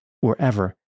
wherever